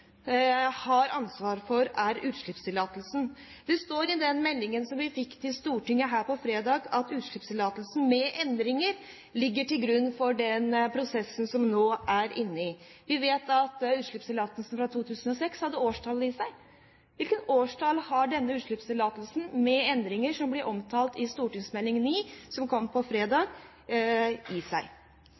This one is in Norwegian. står i den meldingen som vi fikk til Stortinget på fredag, at utslippstillatelsen med endringer ligger til grunn for den prosessen som vi nå er inne i. Vi vet at utslippstillatelsen fra 2006 hadde årstall i seg. Hvilket årstall har utslippstillatelsen med endringer som blir omtalt i Meld. St. 9, som kom på fredag, i seg?